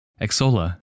Exola